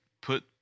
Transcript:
put